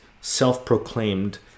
self-proclaimed